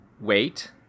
wait